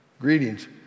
greetings